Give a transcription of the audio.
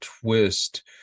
twist